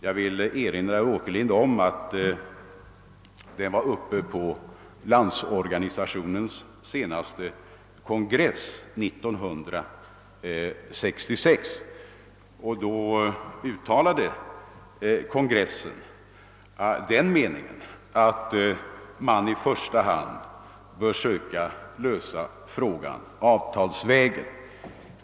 Jag vill erinra herr Åkerlind om att den var uppe på LO:s senaste kongress 1966. Kongressen uttalade då den meningen, att man i första hand bör försöka lösa frågan avtalsvägen.